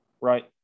right